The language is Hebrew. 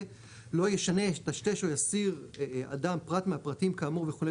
לא ישנה יטשטש או יסיר אדם פרט מהפרטים כאמור וכו'